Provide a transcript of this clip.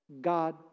God